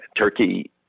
Turkey